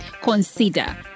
consider